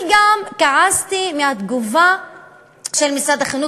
אני גם כעסתי על התגובה של משרד החינוך